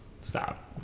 Stop